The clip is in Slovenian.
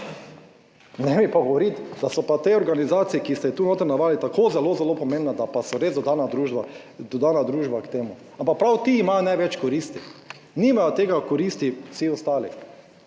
ne mi pa govoriti, da so pa te organizacije, ki ste tu notri navajali, tako zelo, zelo pomembna, da pa so res dodana družba, dodana družba k temu, ampak prav ti imajo največ koristi. Nimajo tega koristi vsi ostali.